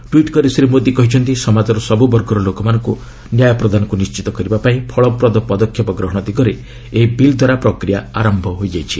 tweet କରି ଶ୍ରୀ ମୋଦି କହିଛନ୍ତି ସମାଜର ସବୁବର୍ଗର ଲୋକମାନଙ୍କୁ ନ୍ୟାୟ ପ୍ରଦାନକୁ ନିଶ୍ଚିତ କରିବା ପାଇଁ ଫଳପ୍ରଦ ପଦକ୍ଷେପ ଗ୍ରହଣ ଦିଗରେ ଏହି ବିଲ୍ ଦ୍ୱାରା ପ୍ରକ୍ରିୟା ଆରମ୍ଭ ହୋଇଯାଇଛି